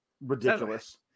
ridiculous